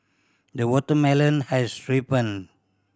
the watermelon has ripened